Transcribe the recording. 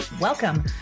Welcome